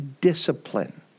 discipline